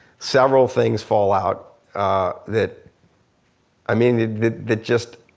several things fall out that i mean that just,